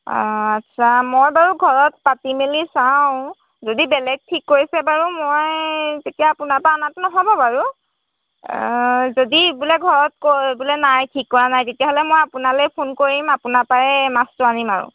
অঁ আচ্ছা মই বাৰু ঘৰত পাতি মেলি চাওঁ যদি বেলেগ ঠিক কৰিছে বাৰু মই তেতিয়া আপোনাৰপৰা অনাটো নহ'ব বাৰু যদি বোলে ঘৰত কয় বোলে নাই ঠিক কৰা নাই তেতিয়াহ'লে মই আপোনালৈ ফোন কৰিম আপোনাৰপৰাই মাছটো আনিম আৰু